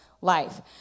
life